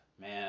man